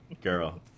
girl